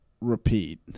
repeat